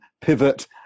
pivot